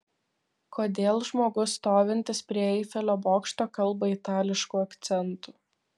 kodėl žmogus stovintis prie eifelio bokšto kalba itališku akcentu